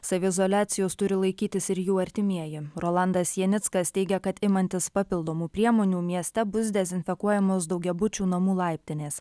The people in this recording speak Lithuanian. saviizoliacijos turi laikytis ir jų artimieji rolandas janickas teigia kad imantis papildomų priemonių mieste bus dezinfekuojamos daugiabučių namų laiptinės